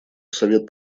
совет